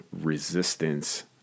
resistance